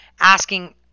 asking